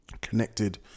connected